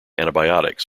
antibiotics